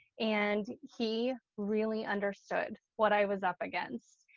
and he really understood what i was up against.